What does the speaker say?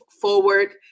forward